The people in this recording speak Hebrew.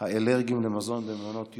האלרגיים למזון במעונות יום.